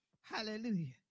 Hallelujah